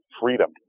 freedom